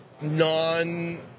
non